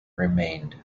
remained